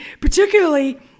particularly